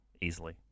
easily